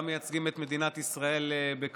גם מייצגים את מדינת ישראל בכבוד.